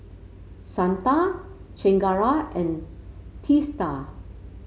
Santha Chengara and Teesta